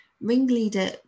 ringleader